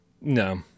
no